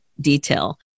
detail